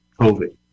COVID